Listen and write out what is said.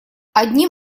одним